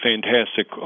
fantastic